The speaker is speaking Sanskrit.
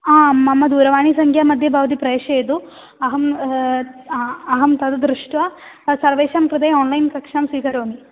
आं मम दूरवाणीसङ्ख्यामध्ये भवती प्रेषयतु अहं अहं तद् दृष्ट्वा सर्वेषां कृते आन्लैन् कक्षां स्वीकरोमि